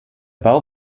bau